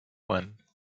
one